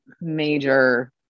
major